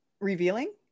Revealing